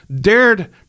dared